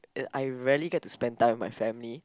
uh I rarely get to spend time with my family